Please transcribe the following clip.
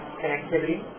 connectivity